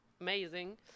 amazing